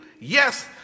Yes